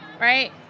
right